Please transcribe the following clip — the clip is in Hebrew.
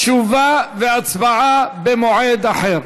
תשובה והצבעה במועד אחר.